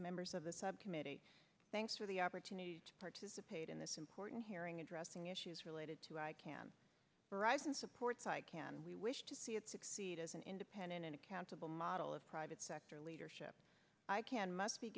members of the subcommittee thanks for the opportunity to participate in this important hearing addressing issues related to i can arise and support can we wish to see it succeed as an independent and accountable model of private sector leadership can must be